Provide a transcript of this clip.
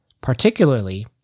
Particularly